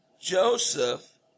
Joseph